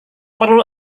perlu